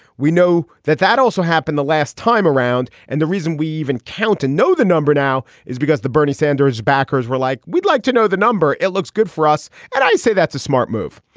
we know that that also happened the last time around. and the reason we even count to know the number now is because the bernie sanders backers were like, we'd like to know the number. it looks good for us. and i'd say that's a smart move.